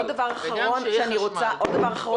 וגם שיהיה חשמל.